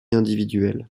individuelles